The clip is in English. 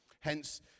Hence